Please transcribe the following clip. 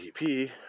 HTTP